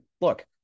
Look